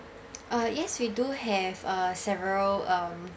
uh yes we do have uh several um